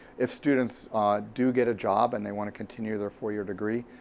if students do get a job and they want to continue their four year degree,